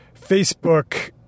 Facebook